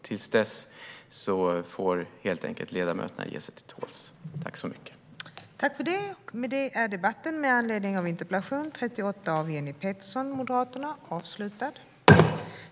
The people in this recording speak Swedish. Till dess får ledamöterna helt enkelt ge sig till tåls.